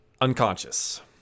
unconscious